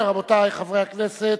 רבותי חברי הכנסת,